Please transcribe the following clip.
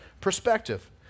perspective